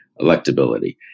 Electability